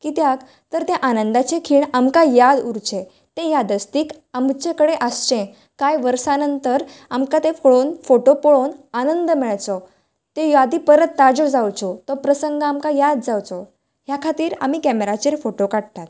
कित्याक तर ते आनंदाचे खीण आमकां याद उरचे ते यादत्थीक आमचे कडेन आसचे काय वर्सा नंतर पळोवन आनंद मेळचो ते यादी परत ताज्यो जावच्यो तो प्रसंग आमकां याद जावचो त्या खातीर आमी कॅमेराचेर फोटो काडटात